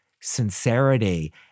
sincerity